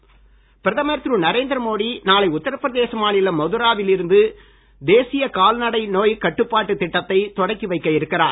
மோடி கால்நடை பிரதமர் திரு நரேந்திரமோடிநாளை உத்தரபிரதேச மாநிலம் மதுராவில் இருந்து தேசிய கால்நடை நோய் கட்டுப்பாட்டு திட்டத்தை தொடக்கி வைக்க இருக்கிறார்